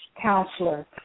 counselor